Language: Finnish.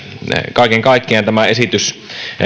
kaiken kaikkiaan tämä esitys